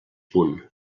punt